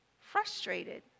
frustrated